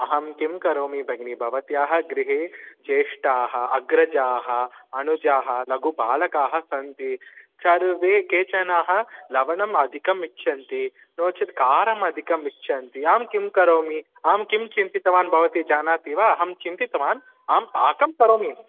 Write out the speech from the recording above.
अहं किं करोमि भगिनी भवत्याः गृहे ज्येष्ठाः अग्रजाः अनुजाः लघुबालकाः सन्ति सर्वे केचनः लवणम् अधिकम् इच्छन्ति नो चेत् कारम् अधिकम् इच्छन्ति अहं किं करोमि अहं किं चिन्तितवान् भवती जानाति वा अहं चिन्तितवान् अहं पाकं करोमि